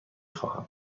خواهم